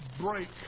break